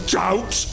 doubt